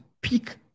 peak